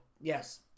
Yes